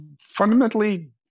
fundamentally